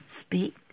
speak